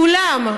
כולן.